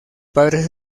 padres